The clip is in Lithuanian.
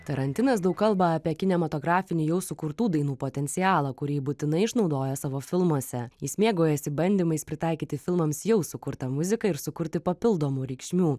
tarantinas daug kalba apie kinematografinį jau sukurtų dainų potencialą kurį būtinai išnaudoja savo filmuose jis mėgaujasi bandymais pritaikyti filmams jau sukurtą muziką ir sukurti papildomų reikšmių